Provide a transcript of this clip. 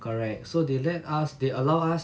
correct so they let us they allow us